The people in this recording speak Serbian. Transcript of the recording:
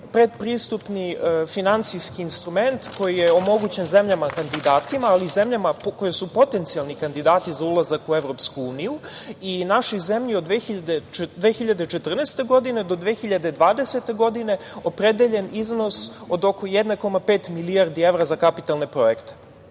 pretpristupni finansijski instrument koji je omogućen zemljama kandidatima, ali i zemljama koji su potencijalni kandidati za ulazak u Evropsku uniju. I našoj zemlji od 2014. godine do 2020. godine opredeljen je iznos od oko 1,5 milijardi evra za kapitalne projekte. Bitno